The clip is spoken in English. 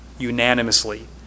unanimously